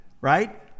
right